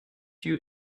you